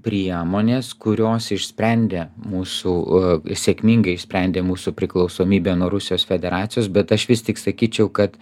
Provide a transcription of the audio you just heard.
priemonės kurios išsprendė mūsų sėkmingai išsprendė mūsų priklausomybę nuo rusijos federacijos bet aš vis tik sakyčiau kad